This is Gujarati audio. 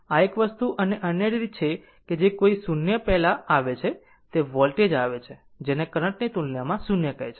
આ એક વસ્તુ અથવા અન્ય રીત છે કે જે કોઈ 0 પહેલા આવે છે તે વોલ્ટેજ આવે છે જેને કરંટ ની તુલનામાં 0 કહે છે